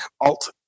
Alt